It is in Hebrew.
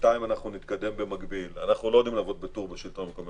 בינתיים נתקדם במקביל אנחנו לא יודעים לעבוד בטור בשלטון המקומי,